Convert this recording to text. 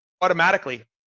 automatically